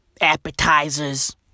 appetizers